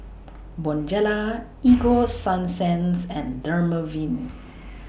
Bonjela Ego Sunsense and Dermaveen